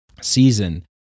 season